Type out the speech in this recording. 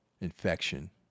infection